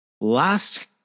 Last